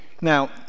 Now